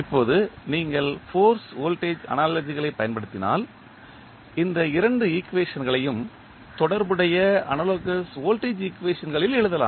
இப்போது நீங்கள் force voltage அனாலஜிகளைப் பயன்படுத்தினால் இந்த இரண்டு ஈக்குவேஷன்களையும் தொடர்புடைய அனாலோகஸ் வோல்டேஜ் ஈக்குவேஷன்களில் எழுதலாம்